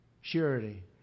surety